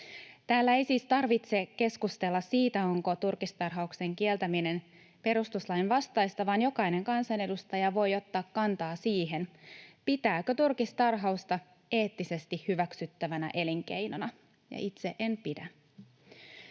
Täällä ei siis tarvitse keskustella siitä, onko turkistarhauksen kieltäminen perustuslain vastaista, vaan jokainen kansanedustaja voi ottaa kantaa siihen, pitääkö turkistarhausta eettisesti hyväksyttävänä elinkeinona, ja itse en pidä.